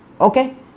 Okay